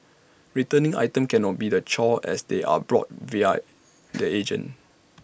returning items can not be A chore as they are bought via the agent